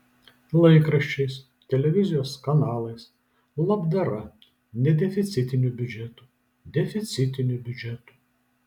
laikraščiais televizijos kanalais labdara nedeficitiniu biudžetu deficitiniu biudžetu